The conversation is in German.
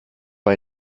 war